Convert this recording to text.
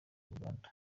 rubanda